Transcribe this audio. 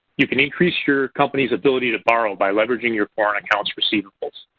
you can increase your company's ability to borrow by leveraging your foreign accounts receivable.